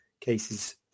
cases